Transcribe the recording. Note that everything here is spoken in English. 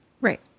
Right